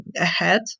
ahead